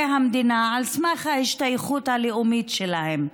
המדינה על סמך ההשתייכות הלאומית שלהם.